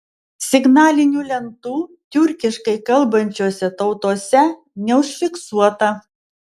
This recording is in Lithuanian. signalinių lentų tiurkiškai kalbančiose tautose neužfiksuota